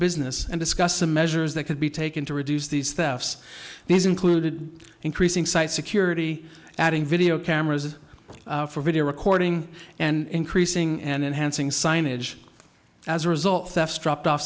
business and discussed the measures that could be taken to reduce these thefts these included increasing site security adding video cameras for video recording and increasing and enhancing signage as a result thefts dropped off